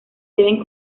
deben